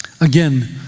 Again